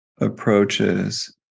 approaches